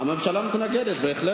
הממשלה מתנגדת להצעת החוק.